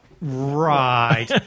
right